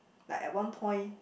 like at one point